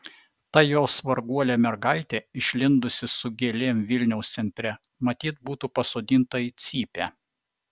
ta jos varguolė mergaitė išlindusi su gėlėm vilniaus centre matyt būtų pasodinta į cypę